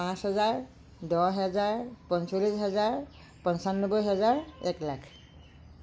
পাঁচ হেজাৰ দহ হেজাৰ পঞ্চল্লিছ হেজাৰ পঁচানব্বৈ হেজাৰ এক লাখ